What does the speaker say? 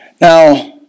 Now